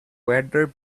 weather